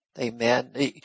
Amen